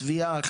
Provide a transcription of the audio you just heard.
צביעה.